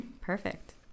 Perfect